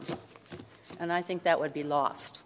it and i think that would be lost